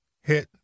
hit